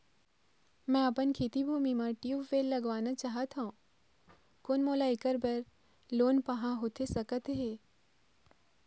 मैं अपन खेती भूमि म ट्यूबवेल लगवाना चाहत हाव, कोन मोला ऐकर बर लोन पाहां होथे सकत हे?